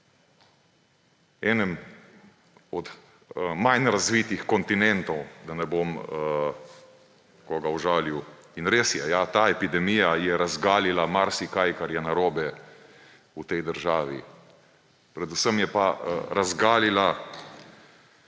enem od manj razvitih kontinentov, da ne bom koga užalil. In res je, ja, ta epidemija je razgalila marsikaj, kar je narobe v tej državi, predvsem je pa razgalila